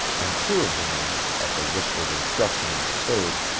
and two of the men, at the whispered instruction of the third,